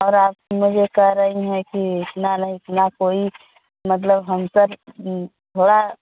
और आप मुझे कह रही हैं कि इतना नहीं इतना कोई मतलब हम सब थोड़ा